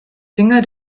finger